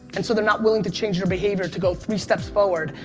and so they're not willing to change their behavior to go three steps forward.